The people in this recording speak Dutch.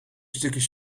stukjes